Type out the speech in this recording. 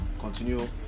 continue